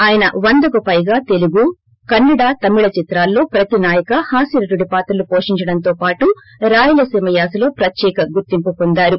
ఆయన వందకు పైగా తెలుగు కన్న డి తమిళ చిత్రాల్లో ప్రతినాయక హాస్యనటుడి పాత్రలు పోషించడంతో పాటు రాయలసీమ యాసలో ప్రత్యేక గుర్తింపు హొందారు